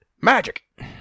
magic